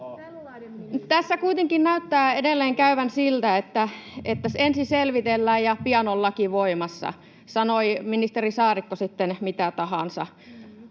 Tässä kuitenkin näyttää edelleen käyvän niin, että ensin selvitellään ja pian on laki voimassa, sanoi ministeri Saarikko sitten mitä tahansa.